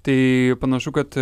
tai panašu kad